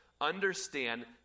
understand